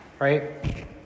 right